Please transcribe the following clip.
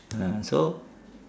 ah so